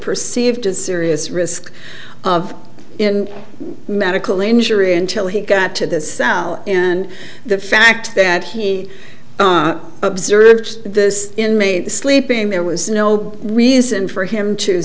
perceived as serious risk of in medical injury until he got to this and the fact that he observed this inmate sleeping there was no reason for him to